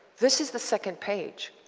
this is the second page.